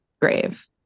grave